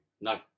no